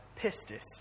pistis